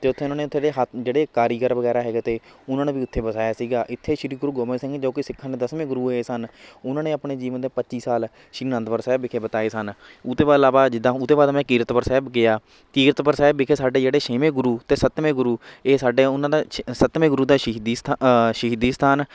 ਅਤੇ ਉੱਥੇ ਉਹਨਾਂ ਨੇ ਉੱਥੇ ਦੇ ਹਾਥ ਜਿਹੜੇ ਕਾਰੀਗਰ ਵਗੈਰਾ ਹੈਗੇ ਤੇ ਉਹਨਾਂ ਨੂੰ ਵੀ ਉੱਥੇ ਵਸਾਇਆ ਸੀਗਾ ਇੱਥੇ ਸ਼੍ਰੀ ਗੁਰੂ ਗੋਬਿੰਦ ਸਿੰਘ ਜੋ ਕਿ ਸਿੱਖਾਂ ਨੇ ਦਸਵੇਂ ਗੁਰੂ ਹੋਏ ਸਨ ਉਹਨਾਂ ਨੇ ਆਪਣੇ ਜੀਵਨ ਦੇ ਪੱਚੀ ਸਾਲ ਸ਼੍ਰੀ ਅਨੰਦਪੁਰ ਸਾਹਿਬ ਵਿਖੇ ਬਤਾਏ ਸਨ ਉਹ ਤੋਂ ਬਾ ਇਲਾਵਾ ਜਿੱਦਾਂ ਉਹ ਤੋਂ ਬਾਅਦ ਮੈਂ ਕੀਰਤਪੁਰ ਸਾਹਿਬ ਗਿਆ ਕੀਰਤਪੁਰ ਸਾਹਿਬ ਵਿਖੇ ਸਾਡੇ ਜਿਹੜੇ ਛੇਵੇਂ ਗੁਰੂ ਅਤੇ ਸੱਤਵੇਂ ਗੁਰੂ ਇਹ ਸਾਡੇ ਉਹਨਾਂ ਦਾ ਛ ਸੱਤਵੇਂ ਗੁਰੂ ਦਾ ਸ਼ਹੀਦੀ ਸਥਾ ਸ਼ਹੀਦੀ ਸਥਾਨ